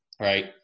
right